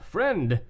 Friend